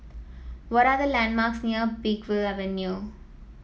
what are the landmarks near Peakville Avenue